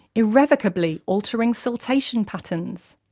irrevocably altering siltation patterns.